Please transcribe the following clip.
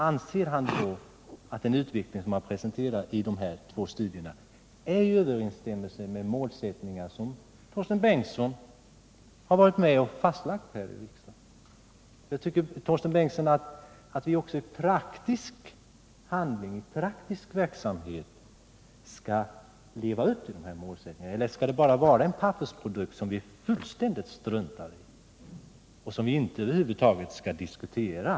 Anser Torsten Bengtson att den utveckling som presenterats i dessa två studier står i överensstämmelse med de målsättningar som Torsten Bengtson varit med om att fastställa här i riksdagen? Tycker Torsten Bengtson att vi i praktisk handling skall leva upp till dessa målsättningar eller skall det bara vara en pappersprodukt som vi fullständigt struntar i och som vi över huvud taget inte skall diskutera?